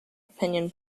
opinion